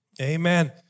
Amen